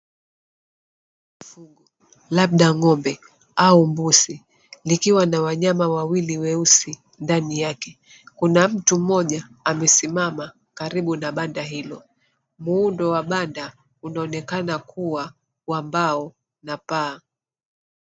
Mfugo labda ng'ombe au mbuzi likiwa na wanyama wawili weusi, ndani yake kuna mtu mmoja amesimama karibu na banda hilo. Muundo wa banda unaonekana kuwa wa mbao na paa.